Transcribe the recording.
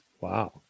Wow